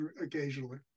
occasionally